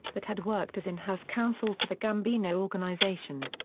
but had worked as in-house counsel for the gambino organization.